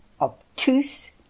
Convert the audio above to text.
obtuse